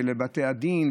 לבתי הדין,